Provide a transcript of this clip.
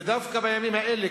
ודווקא בימים האלה,